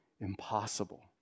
impossible